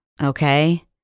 Okay